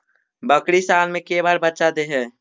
बकरी साल मे के बार बच्चा दे है?